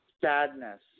Sadness